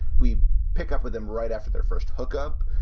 we pick up with them right after their first hookup.